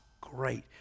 great